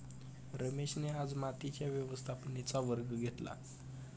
रमेशने आज मातीच्या व्यवस्थापनेचा वर्ग घेतला